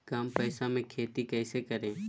कम पैसों में खेती कैसे करें?